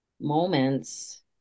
moments